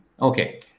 Okay